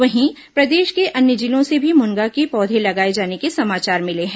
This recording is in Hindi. वहीं प्रदेश के अन्य जिलों से भी मुनगा के पौधे लगाए जाने के समाचार मिले हैं